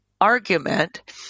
argument